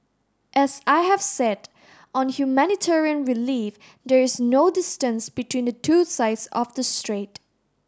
as I have said on humanitarian relief there is no distance between the two sides of the strait